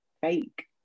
fake